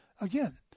Again